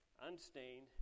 unstained